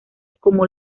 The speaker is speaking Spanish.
como